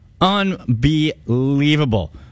Unbelievable